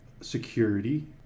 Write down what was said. security